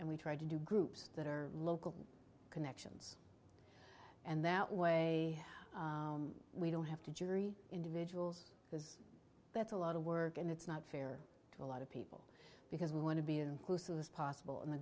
and we try to do groups that are local connections and that way we don't have to jury individuals because that's a lot of work and it's not fair to a lot of people because we want to be inclusive as possible and the